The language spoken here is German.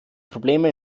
probleme